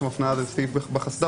יש שם הפניה לסעיף בחסד"פ.